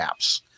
apps